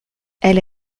elle